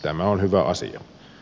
tämä on hyvä asia